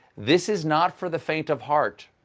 this is not for the faint of heart,